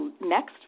next